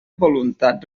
voluntat